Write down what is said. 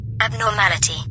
Abnormality